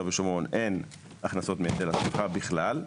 ושומרון אין הכנסות מהיטל השבחה בכלל,